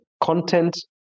content